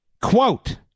Quote